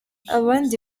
abandi